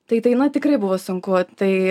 tai tai na tikrai buvo sunku tai